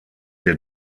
der